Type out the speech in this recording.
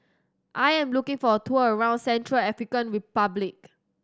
I am looking for a tour around Central African Republic